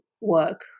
work